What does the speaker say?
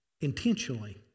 intentionally